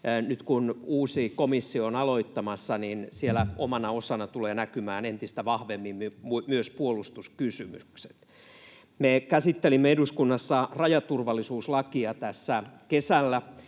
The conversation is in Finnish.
Nyt kun uusi komissio on aloittamassa, niin siellä omana osana tulevat näkymään entistä vahvemmin myös puolustuskysymykset. Me käsittelimme eduskunnassa rajaturvallisuuslakia tässä kesällä